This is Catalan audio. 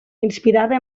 inspirada